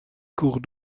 cours